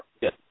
Yes